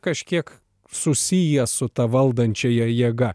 kažkiek susijęs su ta valdančiąja jėga